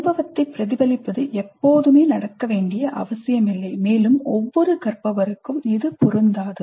அனுபவத்தைப் பிரதிபலிப்பது எப்போதுமே நடக்க வேண்டிய அவசியமில்லை மேலும் ஒவ்வொரு கற்பவருக்கும் இது பொருந்தாது